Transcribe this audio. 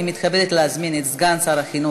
אני מתכבדת להזמין את סגן שר החינוך